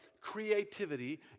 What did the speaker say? creativity